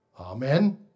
Amen